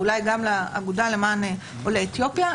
ואולי גם לאגודה למען עולי אתיופיה,